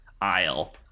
aisle